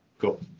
Cool